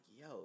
yo